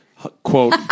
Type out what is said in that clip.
quote